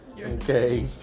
Okay